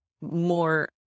more